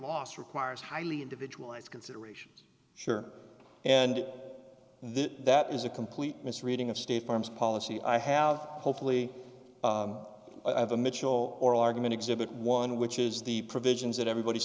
loss requires highly individualized considerations sure and then that is a complete misreading of state farm's policy i have hopefully the mitchell oral argument exhibit one which is the provisions that everybody's